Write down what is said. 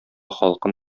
халкын